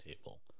table